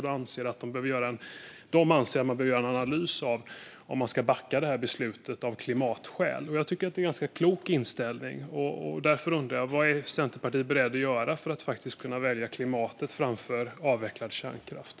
De anser att det behöver göras en analys av om detta beslut ska backas av klimatskäl. Jag tycker att det är en ganska klok inställning. Därför undrar jag vad Centerpartiet är berett att göra för att faktiskt kunna välja klimatet framför avvecklad kärnkraft.